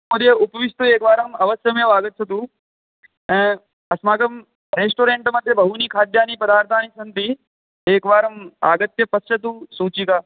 महोदय उपविष्ट एकवारम् अवश्यमेव आगच्छतु अस्माकं रेस्टोरेण्ट् मध्ये बहूनि खाद्यानि पदार्थानि सन्ति एकवारम् आगत्य पश्यतु सूचिकाम्